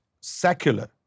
secular